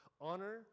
Honor